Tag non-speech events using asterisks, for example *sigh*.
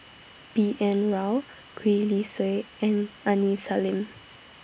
B N *noise* Rao Gwee Li Sui and Aini Salim